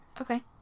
Okay